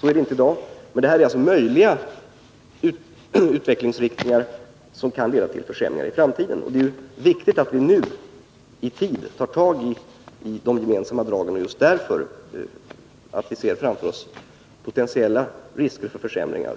Så är det inte i dag, men det här är alltså en möjlig utveckling, som kan leda till försämringar i framtiden. Det är viktigt att vi i tid tar tag i de gemensamma dragen just därför att vi ser framför oss potentiella risker för försämringar.